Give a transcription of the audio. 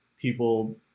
people